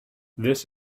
this